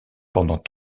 pendant